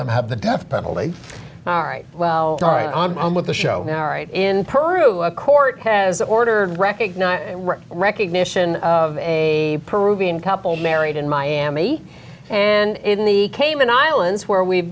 them have the death penalty all right well with the show now right in peru a court has ordered recognize recognition of a peruvian couple married in miami and in the cayman islands where we've